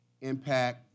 impact